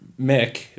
Mick